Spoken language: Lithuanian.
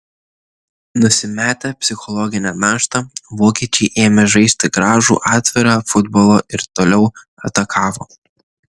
nusimetę psichologinę naštą vokiečiai ėmė žaisti gražų atvirą futbolą ir toliau atakavo